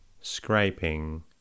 scraping